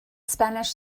spanish